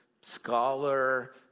scholar